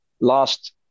last